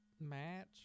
match